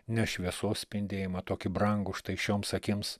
ne šviesos spindėjimą tokį brangų štai šioms akims